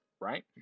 right